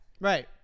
Right